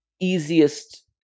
easiest